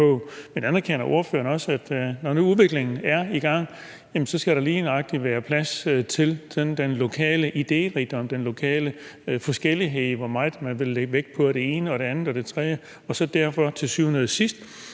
at når nu udviklingen er i gang, skal der lige nøjagtig være plads til den lokale idérigdom, den lokale forskellighed, i forhold til hvor meget man vil lægge vægt på det ene og det andet og det tredje? Og så vil det derfor til syvende og sidst